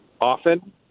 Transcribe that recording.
often